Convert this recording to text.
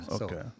Okay